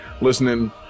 listening